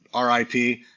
RIP